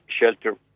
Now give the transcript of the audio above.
shelter